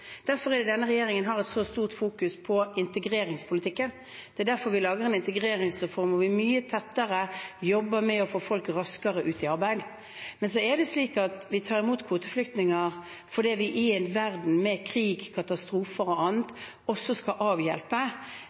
Derfor har denne regjeringen et så stort fokus på integreringspolitikken. Det er derfor vi lager en integreringsreform der vi mye tettere jobber med å få folk raskere ut i arbeid. Men så er det slik at vi tar imot kvoteflyktninger fordi vi i en verden med krig, katastrofer og annet også skal avhjelpe